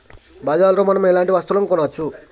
బజార్ లో మనం ఎలాంటి వస్తువులు కొనచ్చు?